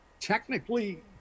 technically